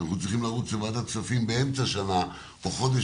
אנחנו צריכים לרוץ לוועדת הכספים באמצע השנה או חודש